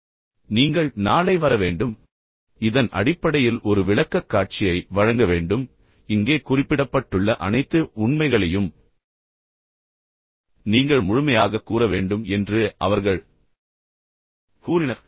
பின்னர் நீங்கள் நாளை வர வேண்டும் பின்னர் இதன் அடிப்படையில் ஒரு விளக்கக்காட்சியை வழங்க வேண்டும் பின்னர் இங்கே குறிப்பிடப்பட்டுள்ள அனைத்து உண்மைகளையும் நீங்கள் முழுமையாகக் கூற வேண்டும் என்று அவர்கள் கூறினர்